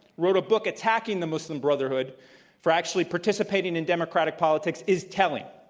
wrote a book attacking the muslim brotherhood for actually participating in democratic politics is telling.